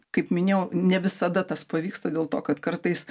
kaip minėjau ne visada tas pavyksta dėl to kad kartais